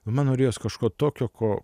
man norėjos kažko tokio ko